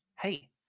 hey